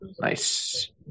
Nice